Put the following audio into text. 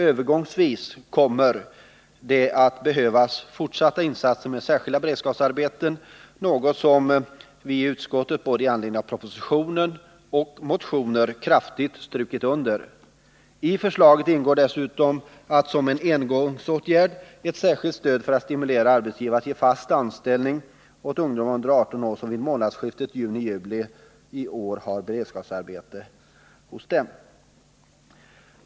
Övergångsvis kommer det dock att behövas fortsatta insatser i form av särskilda beredskapsarbeten, något som vi i utskottet i anledning av både propositionen och motioner kraftigt strukit under. I förslaget ingår dessutom att som en engångsåtgärd lämna ett särskilt stöd till arbetsgivare för att dessa skall ge fast anställning åt ungdomar under 18 år, vilka vid månadsskiftet juni-juli i år har beredskapsarbete hos dem.